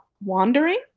wandering